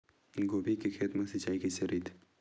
गोभी के खेत मा सिंचाई कइसे रहिथे?